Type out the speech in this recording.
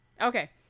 okay